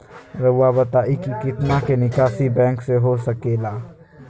रहुआ बताइं कि कितना के निकासी बैंक से हो सके ला?